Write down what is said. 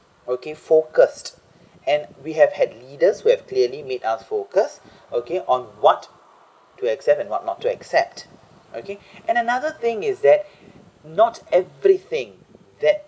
okay focused and we have had leaders who have clearly made us focus okay on what to accept and what not to accept okay and another thing is that not everything that